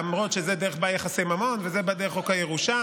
למרות שזה בא דרך יחסי ממון וזה בא דרך חוק הירושה.